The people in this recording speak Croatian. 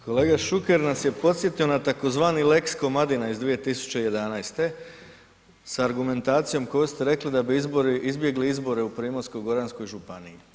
Kolega Šuker nas je posjetio na tzv. lex Komadina iz 2011. s argumentacijom koju ste rekli da bi izbjegli izbore u Primorsko-goranskoj županiji.